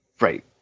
Right